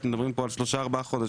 אתם מדברים פה על 4-3 חודשים.